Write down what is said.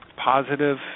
positive